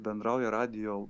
bendrauja radijo